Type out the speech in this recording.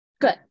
good